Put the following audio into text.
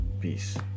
Peace